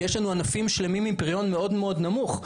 כי יש לנו ענפים שלמים עם פריון מאוד מאוד נמוך.